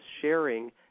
sharing